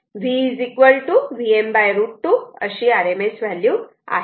V Vm √ 2 अशी RMS value आहे